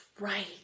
right